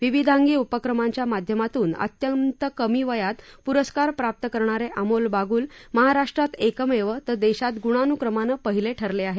विविधांगी उपक्रमांच्या माध्यमातून अत्यंत कमी वयात पुरस्कार प्राप्त करणारे अमोल बागुल महाराष्ट्रात एकमेव तर देशात गुणानुक्रमाने पहिले ठरले आहेत